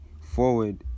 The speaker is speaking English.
forward